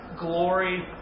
glory